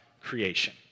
creation